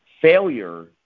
failure